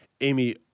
Amy